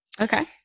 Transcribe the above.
Okay